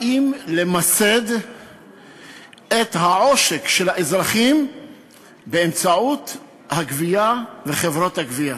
באים למסד את העושק של האזרחים באמצעות הגבייה וחברות הגבייה.